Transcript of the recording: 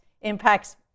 impacts